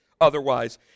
otherwise